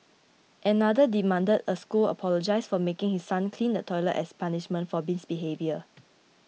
another demanded a school apologise for making his son clean the toilet as punishment for misbehaviour